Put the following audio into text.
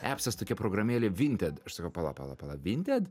epsas tokia programėlė vinted aš sakau pala pala pala vinted